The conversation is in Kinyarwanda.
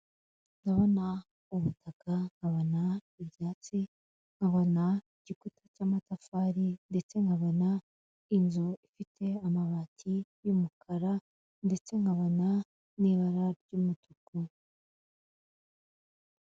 Ndabona ubutaka, nkabona ibyatsi, nkabona igikuta cy'amatafari, ndetse nkabona inzu ifite amabati y'umukara, ndetse nkabona n'ibara ry'umutuku.